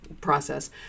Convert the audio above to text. process